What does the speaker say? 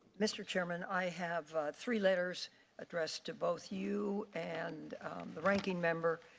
mr. chairman, i have three letters addressed to both you and the ranking member,